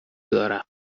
دارم